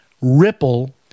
Ripple